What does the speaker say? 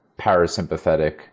parasympathetic